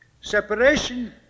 separation